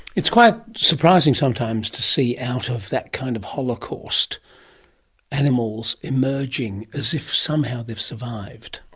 it's quite surprising sometimes to see out of that kind of holocaust animals emerging as if somehow they have survived.